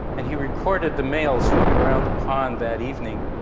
and he recorded the male swimming around the pond that evening.